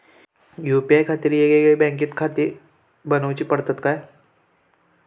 UPI खातीर येगयेगळे बँकखाते बनऊची पडतात काय?